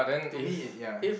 to me it ya